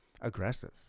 aggressive